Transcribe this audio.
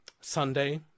Sunday